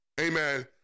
amen